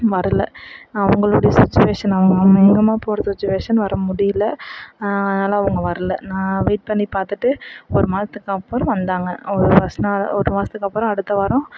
வரலை அவங்களோடய சுச்சுவேஷன் அவங்கம்மா எங்கம்மா போகிறது சுச்சுவேஷன் வர முடியலை அதனால அவங்க வரலை நான் வெயிட் பண்ணி பார்த்துட்டு ஒரு மாதத்துக்கு அப்புறம் வந்தாங்க அவங்க ஃபஸ்ட்டு நாள் ஒரு மாதத்துக்கு அடுத்த வாரம்